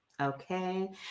Okay